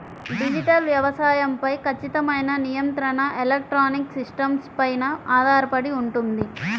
digital వ్యవసాయం పై ఖచ్చితమైన నియంత్రణ ఎలక్ట్రానిక్ సిస్టమ్స్ పైన ఆధారపడి ఉంటుంది